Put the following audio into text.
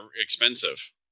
expensive